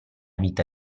vita